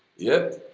yep.